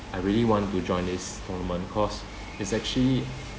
I really want to join this tournament cause it's actually